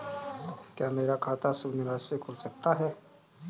क्या मेरा खाता शून्य राशि से खुल सकता है?